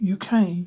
UK